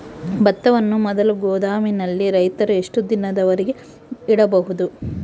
ಭತ್ತವನ್ನು ಮೊದಲು ಗೋದಾಮಿನಲ್ಲಿ ರೈತರು ಎಷ್ಟು ದಿನದವರೆಗೆ ಇಡಬಹುದು?